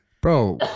Bro